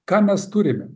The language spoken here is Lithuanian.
ką mes turime